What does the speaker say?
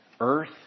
Earth